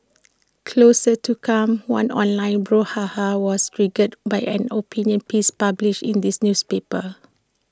closer to come one online brouhaha was triggered by an opinion piece published in this newspaper